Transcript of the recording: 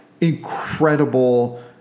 incredible